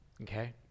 Okay